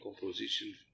composition